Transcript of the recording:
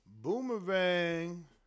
Boomerang